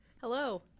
Hello